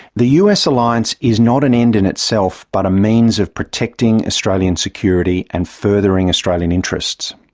the us alliance is not an end in itself but a means of protecting australian security and furthering australian interests.